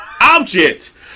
object